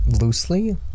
Loosely